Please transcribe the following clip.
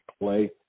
play